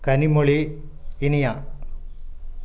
Kanimozhi Iniya